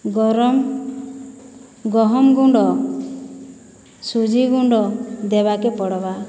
ଗରମ ଗହମ ଗୁଣ୍ଡ ସୁଜି ଗୁଣ୍ଡ ଦେବାକେ ପଡ଼୍ବା